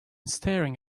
staring